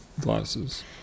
glasses